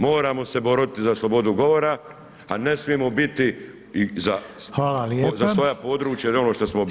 Moramo se boriti za slobodu govora, a ne smijemo biti i za svoja područja i za ono što smo obećali.